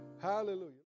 Hallelujah